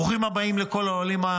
ברוכים הבאים לכל העולים.